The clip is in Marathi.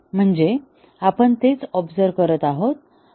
म्हणजे आपण तेच ऑबझर्व करत आहोत